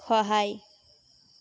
সহায়